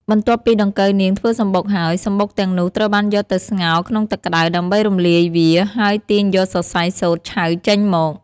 បន្ទាប់ពីដង្កូវនាងធ្វើសម្បុកហើយ សម្បុកទាំងនោះត្រូវបានយកទៅស្ងោរក្នុងទឹកក្តៅ ដើម្បីរំលាយវា ហើយទាញយកសរសៃសូត្រឆៅចេញមក។